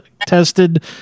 tested